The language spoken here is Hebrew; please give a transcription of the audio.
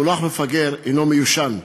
המונח מפגר הוא מיושן,